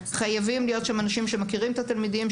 חייבים להיות אנשים שמכירים את התלמידים,